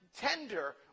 tender